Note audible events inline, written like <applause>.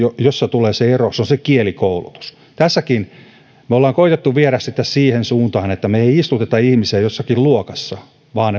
jossa tulee se ero se on se kielikoulutus tässäkin me olemme koettaneet viedä sitä siihen suuntaan että me emme istuta ihmisiä jossakin luokassa vaan <unintelligible>